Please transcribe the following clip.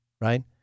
right